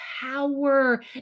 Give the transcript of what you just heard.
power